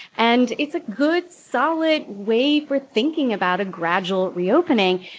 and it's a good, solid way for thinking about a gradual reopening.